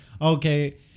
okay